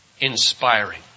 inspiring